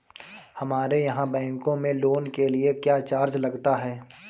हमारे यहाँ बैंकों में लोन के लिए क्या चार्ज लगता है?